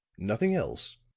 nothing else?